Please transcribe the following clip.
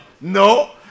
No